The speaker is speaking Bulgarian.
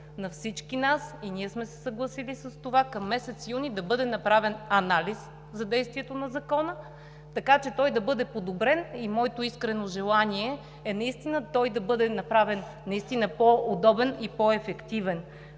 на всички нас, и ние сме се съгласили към месец юни да бъде направен анализ за действието на Закона, така че той да бъде подобрен, и моето искрено желание е той да бъде направен наистина по-удобен и по-ефективен.